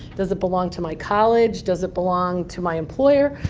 does it belong to my college? does it belong to my employer?